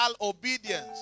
obedience